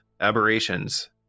Aberrations